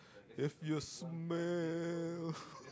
if you smell